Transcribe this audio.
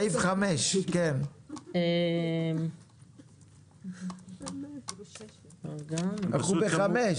4. סעיף 5. לגבי מותג פרטי,